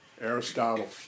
Aristotle